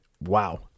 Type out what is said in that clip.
wow